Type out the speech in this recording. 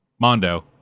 Mondo